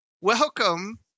Welcome